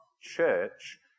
church